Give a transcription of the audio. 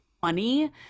funny